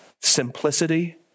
simplicity